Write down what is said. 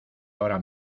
ahora